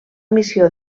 missió